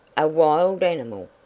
a wild animal!